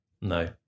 No